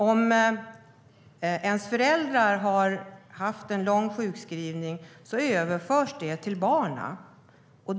Om ens föräldrar har haft en lång sjukskrivning överförs det till barnen.